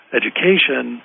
education